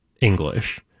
English